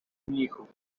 mnichów